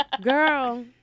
girl